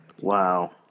Wow